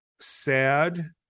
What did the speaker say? sad